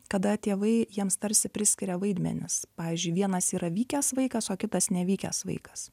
kada tėvai jiems tarsi priskiria vaidmenis pavyzdžiui vienas yra vykęs vaikas o kitas nevykęs vaikas